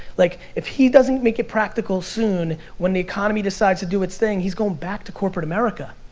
like if he doesn't make it practical soon, when the economy decides to do its thing, he's going back to corporate america.